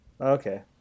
Okay